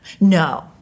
No